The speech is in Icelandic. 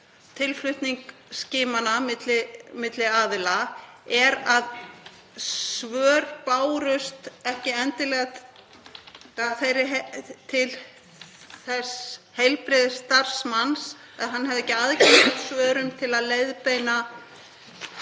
tilflutning skimana milli aðila, að svör bárust ekki endilega til þess heilbrigðisstarfsmanns sem hafði aðgengi að svörum til að leiðbeina og